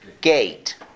gate